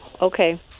okay